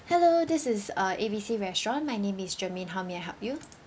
hello this is uh A B C restaurant my name is germaine how may I help you